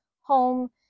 home